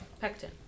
Pectin